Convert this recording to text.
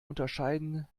unterscheiden